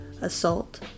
assault